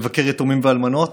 לבקר יתומים ואלמנות,